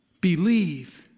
believe